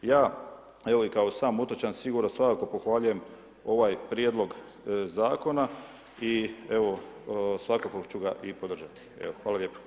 Ja, evo i kao sam otočan, sigurno svakako pohvaljujem ovaj prijedlog Zakona i evo, svakako ću ga i podržati, evo, hvala lijepo.